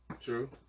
True